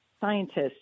scientists